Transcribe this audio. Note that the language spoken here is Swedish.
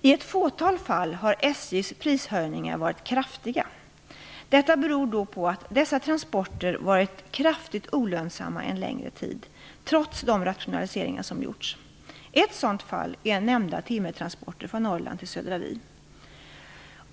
I ett fåtal fall har SJ:s prishöjningar varit kraftiga. Detta beror då på att dessa transporter varit kraftigt olönsamma en längre tid, trots de rationaliseringar som gjorts. Ett sådant fall är nämnda timmertransporter från Norrland till södra Vi.